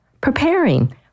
preparing